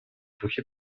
духе